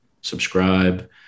subscribe